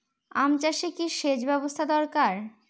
আম চাষে কি সেচ ব্যবস্থা দরকার?